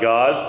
God